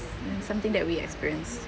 something that we experience